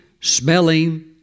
smelling